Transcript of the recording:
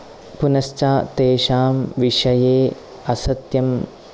पुनश्च तेषां विषये असत्यम्